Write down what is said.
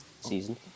season